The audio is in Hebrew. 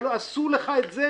אבל עשו לך את זה